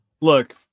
look